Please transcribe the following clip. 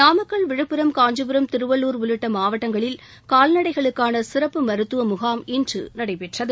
நாமக்கல் விழுப்புரம் னஞ்சிபுரம் திருவள்ளூர் உள்ளிட்ட மாவட்டங்களில் கால்நடைகளுக்கான சிறப்பு மருத்துவ முகாம் இன்று நடைபெற்றது